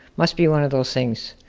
must be one of those things.